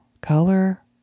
color